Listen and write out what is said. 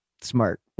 smart